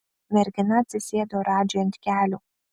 mergina atsisėdo radžiui ant kelių